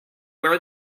where